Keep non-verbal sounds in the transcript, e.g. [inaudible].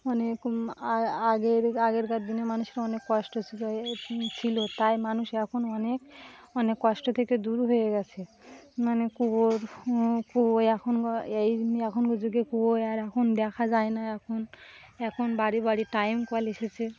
অনেক আগের আগেরকার দিনে মানুষের অনেক কষ্ট ছিল এ ছিল তাই মানুষ এখন অনেক অনেক কষ্ট থেকে দূর হয়ে গেছে মানে কুয়োর কুয়োয় এখন [unintelligible] এই এখনকার যুগে কুয়ো আর এখন দেখা যায় না এখন এখন বাড়ি বাড়ি টাইম কল এসেছে